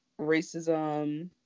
racism